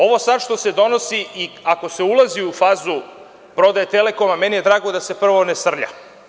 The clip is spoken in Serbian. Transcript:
Ovo sada što se donosi i ako se ulazi u fazu prodaje „Telekoma“, meni je drago da se prvo ne srlja.